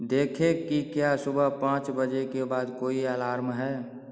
देखें कि क्या सुबह पाँच बजे के बाद कोई अलार्म है